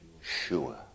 sure